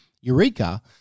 Eureka